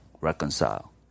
reconcile